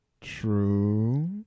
True